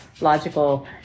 logical